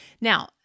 Now